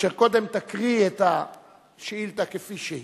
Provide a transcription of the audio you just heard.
אשר קודם תקריא את השאילתא כפי שהיא,